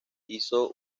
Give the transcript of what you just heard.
hizo